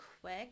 quick